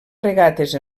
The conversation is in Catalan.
regates